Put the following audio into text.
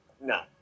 no